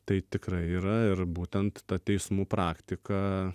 tai tikrai yra ir būtent ta teismų praktika